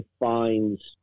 defines